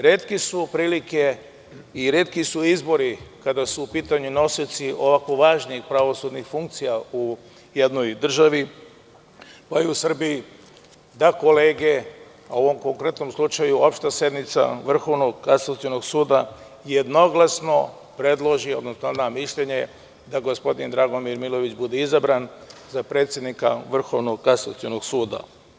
Retke su prilike i retki su izbori kada su u pitanju nosioci ovako važnih pravosudnih funkcija u jednoj državi, pa i u Srbiji, da kolege, a u ovom konkretnom slučaju opšta sednica Vrhovnog kasacionog suda jednoglasno predloži, odnosno da mišljenje da gospodin Dragomir Milojević bude izabran za predsednika Vrhovnog kasacionog suda.